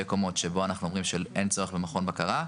קומות שבו אנחנו אומרים שאין צורך במכון בקרה,